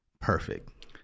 perfect